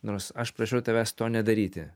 nors aš prašiau tavęs to nedaryti